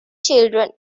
children